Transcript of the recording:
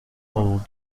old